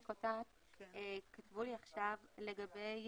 כתבו לי עכשיו לגבי